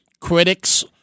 critics